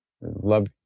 Love